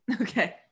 Okay